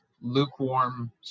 lukewarm